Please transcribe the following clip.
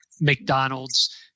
McDonald's